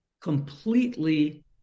completely